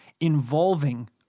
involving